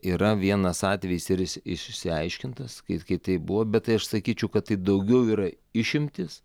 yra vienas atvejis ir išsiaiškintas kai kai tai buvo bet tai aš sakyčiau kad tai daugiau yra išimtys